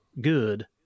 good